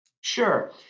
Sure